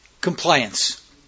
compliance